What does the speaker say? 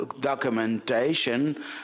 documentation